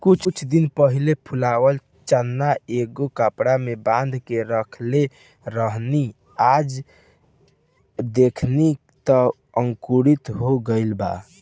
कुछ दिन पहिले फुलावल चना एगो कपड़ा में बांध के रखले रहनी आ आज देखनी त अंकुरित हो गइल बा